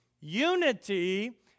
unity